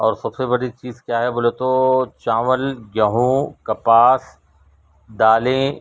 اور سب سے بڑی چیز کیا ہے بولے تو چاول گیہوں کپاس دالیں